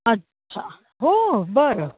अच्छा हो बर